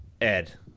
Ed